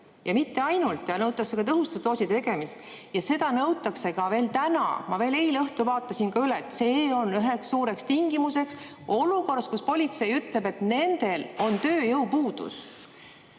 Ja mitte ainult, nõutakse ka tõhustusdooside tegemist. Ja seda nõutakse ka veel täna. Ma eile õhtul vaatasin veel üle, see on üks suur tingimus olukorras, kus politsei ütleb, et nendel on tööjõupuudus.